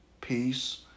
peace